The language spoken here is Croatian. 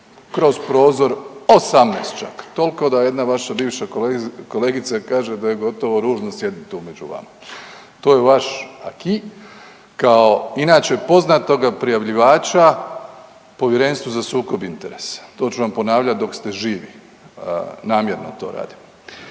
kroz prozor 18 čak. Toliko da jedna vaša bivša kolegica kaže da je gotovo ružno sjediti tu među vama. To je vaš acquis kao inače poznatoga prijavljivača Povjerenstvu za sukob interesa. To ću vam ponavljat dok ste živi, namjerno to radim.